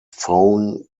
phone